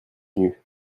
venu